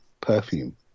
perfume